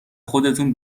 خودتون